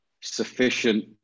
sufficient